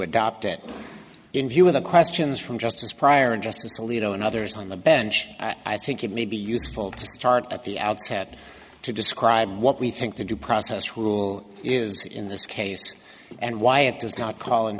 adopt it in view of the questions from justice pryor and justice alito and others on the bench i think it may be useful to start at the outset to describe what we think the due process rule is in this case and why it does not call in